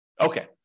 Okay